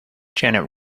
janet